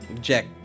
Jack